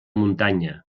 muntanya